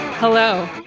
Hello